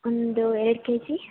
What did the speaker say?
ಒಂದು ಎರಡು K G